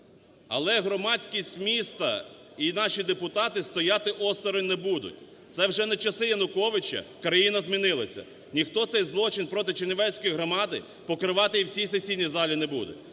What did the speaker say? Але громадськість міста і наші депутати стояти осторонь не будуть. Це вже не часи Януковича. Країна змінилася. Ніхто цей злочин проти чернівецької громади покривати і в цій сесійній залі не буде.